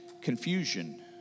Confusion